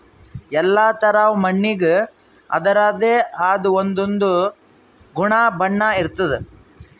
ಎಲ್ಲಾ ಥರಾದ್ ಮಣ್ಣಿಗ್ ಅದರದೇ ಆದ್ ಒಂದೊಂದ್ ಗುಣ ಬಣ್ಣ ಇರ್ತದ್